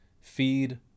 Feed